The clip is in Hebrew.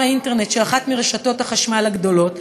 האינטרנט של אחת מרשתות החשמל הגדולות,